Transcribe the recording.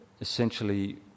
essentially